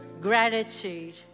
Gratitude